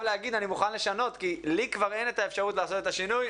להגיד שהוא מוכן לשנות כי לי כבר אין את האפשרות לעשות את השינוי.